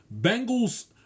Bengals